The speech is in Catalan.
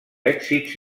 èxits